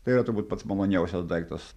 tai yra turbūt pats maloniausias daiktas